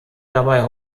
dabei